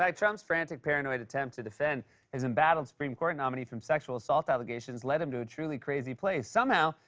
like trump's frantic paranoid attempt to defend his embattled supreme court nominee from sexual-assault allegations led him to a truly crazy place. somehow,